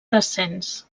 descens